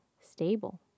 stable